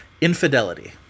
infidelity